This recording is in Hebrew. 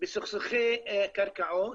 בסכסוכי קרקעות,